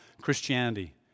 Christianity